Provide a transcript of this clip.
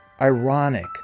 ironic